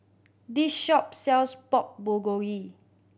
this shop sells Pork Bulgogi